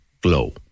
Glow